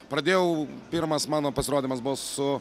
pradėjau pirmas mano pasirodymas buvo su